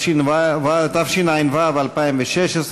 התשע"ו 2016,